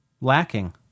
lacking